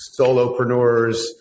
solopreneurs